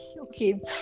okay